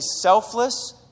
selfless